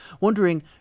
wondering